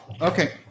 Okay